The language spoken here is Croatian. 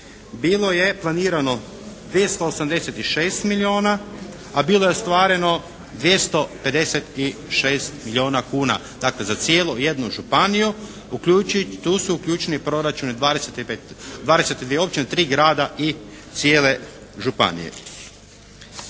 bilo je planirano 286 milijuna, a bilo je ostvareno 256 milijuna kuna. Dakle za cijelu jednu županiju, tu su uključeni proračuni 25, 23 općine, 3 grada i cijele županije.